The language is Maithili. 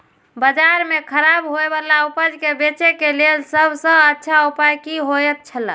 बाजार में खराब होय वाला उपज के बेचे के लेल सब सॉ अच्छा उपाय की होयत छला?